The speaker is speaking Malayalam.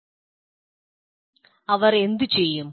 അവർ എന്തുചെയ്യും